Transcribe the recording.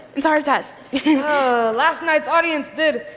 and um last last night's audience did